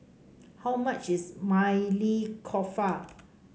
how much is Maili Kofta